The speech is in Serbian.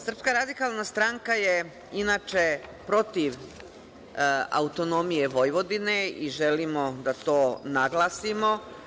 Srpska radikalna stranka je inače protiv autonomije Vojvodine i želimo da to naglasimo.